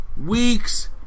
weeks